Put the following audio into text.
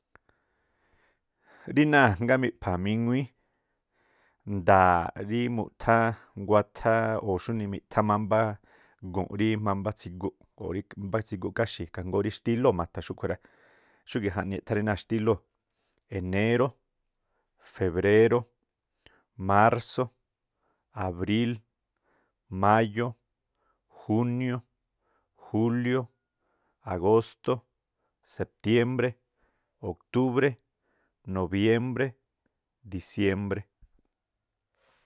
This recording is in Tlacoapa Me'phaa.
Rí náa̱ ajngáá miꞌpha̱a̱ míŋuíí nda̱a̱ꞌ rí mu̱ꞌthá o̱ xúnii miꞌthá mámbá gu̱nꞌ rí mámbá tsiguꞌ o̱ rí mbá tsiguꞌ káxi̱, ikhaa jngóó rí xtílóo̱ ma̱tha̱ xúꞌkhui̱ rá. Xúgi̱ꞌ jaꞌni e̱ꞌthá rí náa̱ xtílióo̱. Enéró, febréró, marsó, abríl, máyó, júnió, júlió agóstó, septiémbré, oktúbré, nobiémbré, disiémbré.